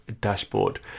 dashboard